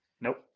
Nope